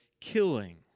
killing